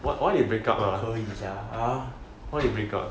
why why they break up ya lah why they break up